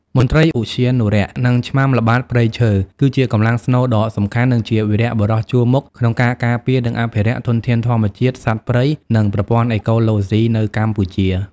មន្ត្រីឧទ្យានុរក្ស និងឆ្មាំល្បាតព្រៃឈើ គឺជាកម្លាំងស្នូលដ៏សំខាន់ និងជា វីរបុរសជួរមុខ ក្នុងការការពារ និងអភិរក្សធនធានធម្មជាតិ សត្វព្រៃ និងប្រព័ន្ធអេកូឡូស៊ីនៅកម្ពុជា។